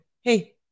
hey